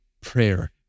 prayer